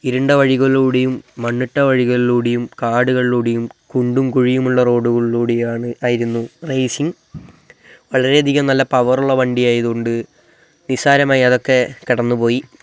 ഇരുണ്ട വഴികളിലൂടെയും മണ്ണിട്ട വഴികളിലൂടെയും കാടുകളിലൂടെയും കുണ്ടും കുഴിയുമുള്ള റോഡുകളിലൂടെയാണ് ആയിരുന്നു റേസിംഗ് വളരെയധികം നല്ല പവറുള്ള വണ്ടിയായതുകൊണ്ട് നിസാരമായി അതൊക്കെ കടന്നുപോയി